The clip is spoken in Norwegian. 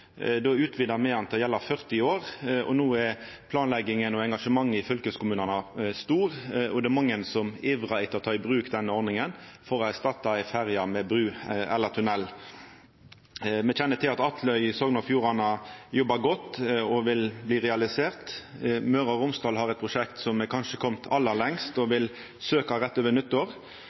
Då utvida me ho til å gjelda i 40 år, og no er planlegginga og engasjementet i fylkeskommunane stort. Det er mange som ivrar etter å ta i bruk ordninga for å erstatta ei ferje med bru eller tunnel. Me kjenner til at Atløy i Sogn og Fjordane jobbar godt og vil bli realisert. Møre og Romsdal har det prosjektet som kanskje har kome aller lengst, og vil søkja rett over